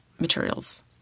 materials